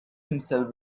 himself